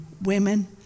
women